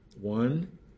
one